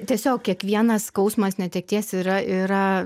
tiesiog kiekvienas skausmas netekties yra yra